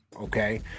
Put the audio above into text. Okay